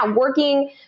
working